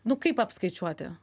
nu kaip apskaičiuoti